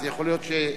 אז יכול להיות שאנחנו,